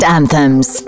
Anthems